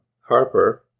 Harper